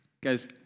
Guys